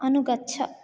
अनुगच्छ